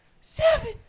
Seven